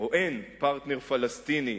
או אין פרטנר פלסטיני,